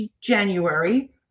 January